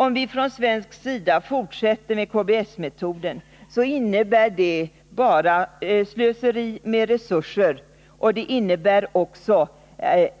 Om vi från svensk sida fortsätter med KBS-metoden innebär det bara slöseri med resurser, och det innebär också